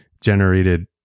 generated